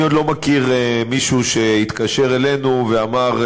אני עוד לא מכיר מישהו שהתקשר אלינו ואמר,